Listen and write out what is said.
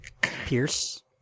Pierce